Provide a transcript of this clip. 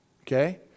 Okay